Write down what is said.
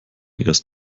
erst